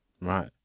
Right